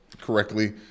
correctly